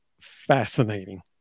fascinating